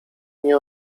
nie